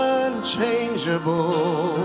unchangeable